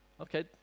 Okay